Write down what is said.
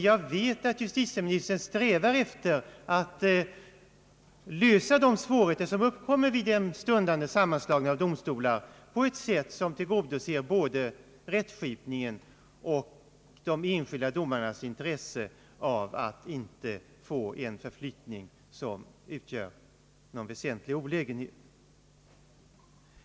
Jag vet att justitieministern strävar efter att lösa de svårigheter som uppkommer vid den stundande sammanslagningen av domstolar på ett sätt som tillgodoser både rättskipningen och de enskilda domarnas intresse så att de inte får en förflyttning som blir en väsentlig olägenhet för dem.